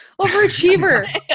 overachiever